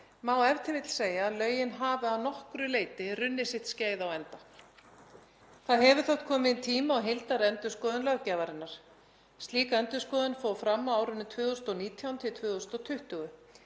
má e.t.v. segja að lögin hafi að nokkru leyti runnið sitt skeið á enda og það hefur þótt kominn tími á heildarendurskoðun löggjafarinnar. Slík endurskoðun fór fram á árunum 2019–2020.